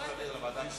אוקיי,